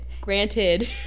Granted